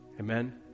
Amen